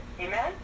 Amen